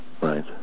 right